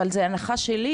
וזאת הנחה שלי,